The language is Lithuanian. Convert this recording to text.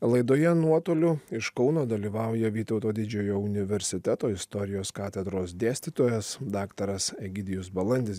laidoje nuotoliu iš kauno dalyvauja vytauto didžiojo universiteto istorijos katedros dėstytojas daktaras egidijus balandis